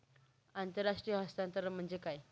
आंतरराष्ट्रीय हस्तांतरण म्हणजे काय?